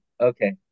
Okay